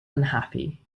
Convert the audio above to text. unhappy